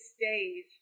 stage